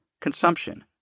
consumption